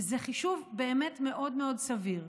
וזה חישוב באמת מאוד מאוד סביר.